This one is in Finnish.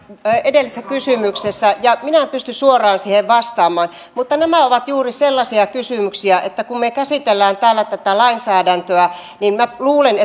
edellisessä kysymyksessä ja minä en pysty suoraan siihen vastaamaan nämä ovat juuri sellaisia kysymyksiä että kun me käsittelemme täällä tätä lainsäädäntöä niin minä luulen